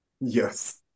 Yes